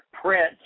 Prince